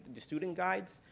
the student guides,